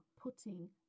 putting